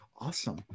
Awesome